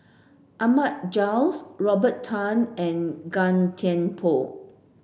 Ahmad Jais Robert Tan and Gan Thiam Poh